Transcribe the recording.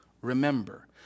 Remember